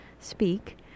speak